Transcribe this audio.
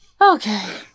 okay